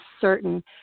certain